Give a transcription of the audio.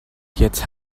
jetzt